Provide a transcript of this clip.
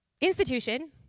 institution